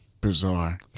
bizarre